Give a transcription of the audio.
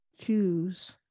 choose